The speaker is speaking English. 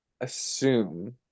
assume